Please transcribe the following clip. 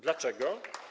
Dlaczego?